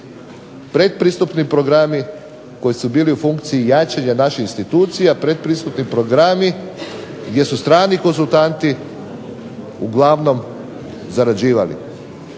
pretpristupni programi koji su bili u funkciji jačanja naših institucija, pretpristupni programi gdje su strani konzultanti uglavnom zarađivali.